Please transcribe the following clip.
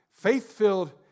Faith-filled